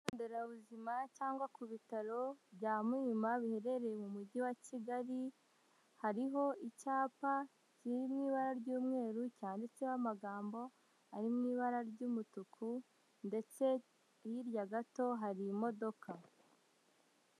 Ikigo nderabuzima cyangwa ku bitaro bya Muhima biherereye mu mujyi wa Kigali, hariho icyapa kiri mu ibara ry'umweru cyanditseho amagambo ari mu ibara ry'umutuku ndetse hirya gato hari imodoka.